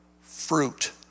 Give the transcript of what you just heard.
fruit